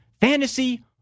fantasy